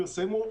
פרסמו,